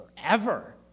forever